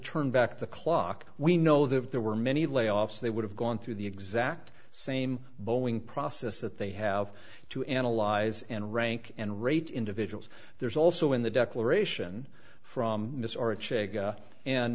turn back the clock we know that there were many layoffs they would have gone through the exact same boeing process that they have to analyze and rank and rate individuals there's also in the declaration from this or a check and